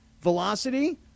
velocity